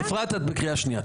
אפרת, את בקריאה שנייה.